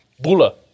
Bula